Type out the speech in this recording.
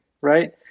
Right